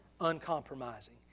uncompromising